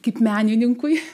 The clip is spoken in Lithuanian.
kaip menininkui